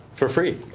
for free.